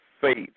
faith